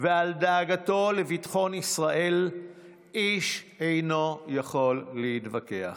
ועל דאגתו לביטחון ישראל איש אינו יכול להתווכח.